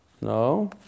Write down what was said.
No